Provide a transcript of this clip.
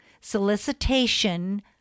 Solicitation